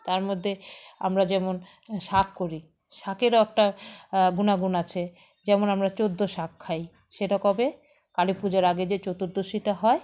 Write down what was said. তার মধ্যে আমরা যেমন শাক করি শাকেরও একটা গুণাগুণ আছে যেমন আমরা চোদ্দ শাক খাই সেটা কবে কালী পুজোর আগে যে চতুর্দশীটা হয়